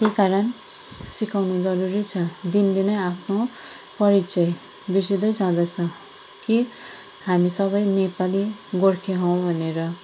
त्यही कारण सिकाउनु जरुरी छ दिन दिनै आफ्नो परिचय बिर्सँदै जाँदैछ के हामी सबै नेपाली गोर्खे हौँ भनेर